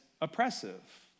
oppressive